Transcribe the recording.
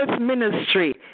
ministry